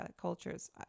cultures